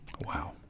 Wow